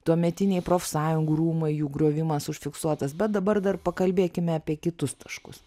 tuometiniai profsąjungų rūmai jų griovimas užfiksuotas bet dabar dar pakalbėkime apie kitus taškus